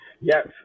Yes